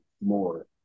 more